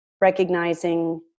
recognizing